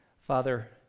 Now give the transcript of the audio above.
Father